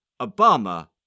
Obama